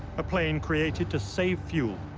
a plane created to save fuel,